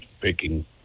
picking